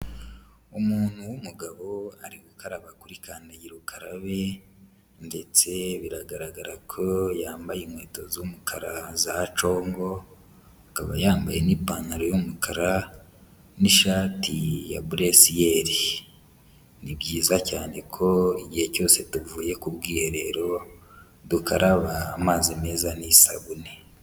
Umuntu w'umugabo ari gukaraba kuri kandagira ukarabe ndetse biragaragara ko yambaye inkweto z'umukara za congo, akaba yambaye n'ipantaro y'umukara n'ishati ya bleu ciel. Ni byiza cyane ko igihe cyose tuvuye ku bwiherero dukaraba amazi meza n'isabune.